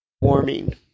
warming